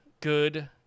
good